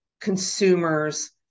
consumers